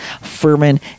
Furman